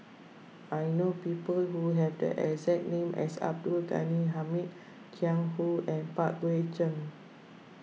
I know people who have the exact name as Abdul Ghani Hamid Jiang Hu and Pang Guek Cheng